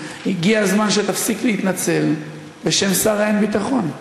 הגיע זמן שתפסיק להתנצל בשם שר האין-ביטחון.